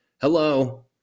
Hello